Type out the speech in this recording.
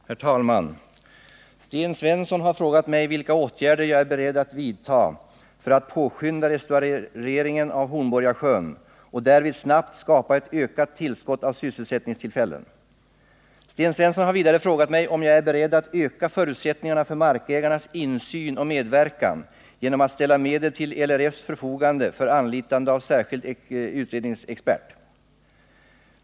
Herr talman! Sten Svensson har frågat mig vilka åtgärder jag är beredd att vidta för att påskynda restaureringen av Hornborgasjön och därvid snabbt skapa ett ökat tillskott av sysselsättningstillfällen. Sten Svensson har vidare frågat mig om jag är beredd att öka förutsättningarna för markägarnas insyn och medverkan genom att ställa medel till LRF:s förfogande för anlitande av särskild utredningsexpert.